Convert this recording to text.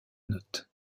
note